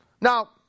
Now